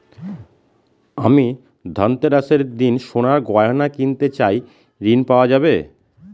আমি ধনতেরাসের দিন সোনার গয়না কিনতে চাই ঝণ পাওয়া যাবে?